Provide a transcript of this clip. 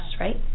right